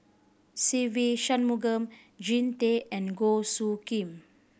Se Ve Shanmugam Jean Tay and Goh Soo Khim